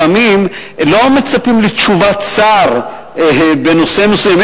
לפעמים לא מצפים לתשובת שר בנושא מסוים.